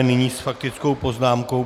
Nyní s faktickou poznámkou...